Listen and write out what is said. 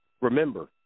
Remember